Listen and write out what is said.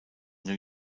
new